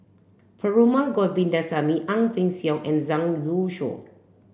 Perumal Govindaswamy Ang Peng Siong and Zhang Youshuo